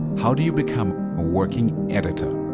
how do you become a working editor,